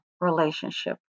relationship